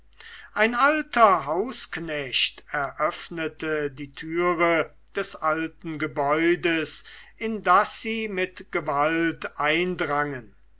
ein alter hausknecht eröffnete die türe des alten gebäudes in das sie mit gewalt eindrangen